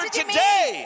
today